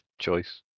choice